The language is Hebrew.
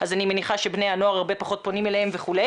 אז אני מניחה שבני הנוער הרבה פחות פונים אליהם וכו',